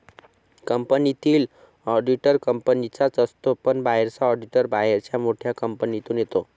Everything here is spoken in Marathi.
कंपनीतील ऑडिटर कंपनीचाच असतो पण बाहेरचा ऑडिटर बाहेरच्या मोठ्या कंपनीतून येतो